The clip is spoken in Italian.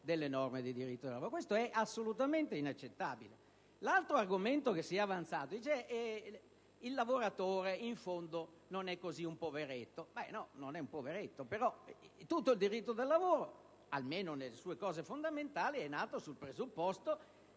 delle norme del diritto del lavoro. Questo è assolutamente inaccettabile. L'altro argomento che si avanza è: il lavoratore, in fondo, non è così un poveretto. Beh, no, non è un poveretto, però tutto il diritto del lavoro, almeno nei suoi aspetti fondamentali, è nato sul presupposto